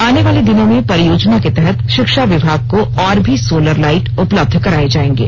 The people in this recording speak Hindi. आनेवाले दिनों में परियोजना के तहत शिक्षा विभाग को और भी सोलर लाइट उपलब्ध कराये जायेंगे